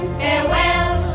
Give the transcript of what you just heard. farewell